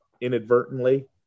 inadvertently